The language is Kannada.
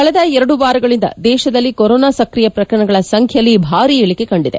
ಕಳೆದ ಎರಡು ವಾರಗಳಿಂದ ದೇಶದಲ್ಲಿ ಕೊರೊನಾ ಸಕ್ರಿಯ ಪ್ರಕರಣಗಳ ಸಂಖ್ಯೆಯಲ್ಲಿ ಭಾರೀ ಇಳಿಕೆ ಕಂಡಿದೆ